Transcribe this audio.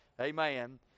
Amen